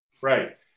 Right